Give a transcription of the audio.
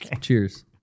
Cheers